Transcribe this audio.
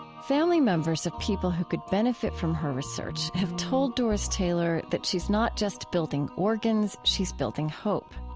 family members of people who could benefit from her research have told doris taylor that she's not just building organs she's building hope.